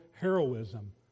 heroism